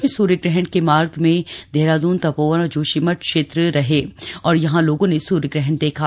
प्रदेश में सूर्यग्रहण के मार्ग में देहरादून तपोवन और जोशीमठ क्षेत्र रहे और यहां लोगों ने सूर्यग्रहण देखा